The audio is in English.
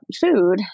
food